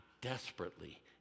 desperately